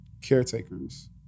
caretakers